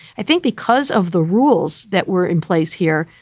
i think because of the rules that were in place here,